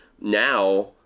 now